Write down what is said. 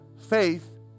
Faith